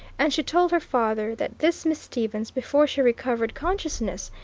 and she told her father that this miss stevens, before she recovered consciousness,